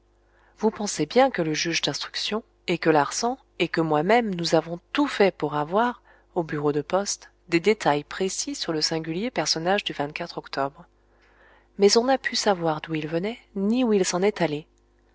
vous pensez bien que le juge d'instruction et que larsan et que moi-même nous avons tout fait pour avoir au bureau de poste des détails précis sur le singulier personnage du octobre mais on n'a pu savoir d'où il venait ni où il s'en est allé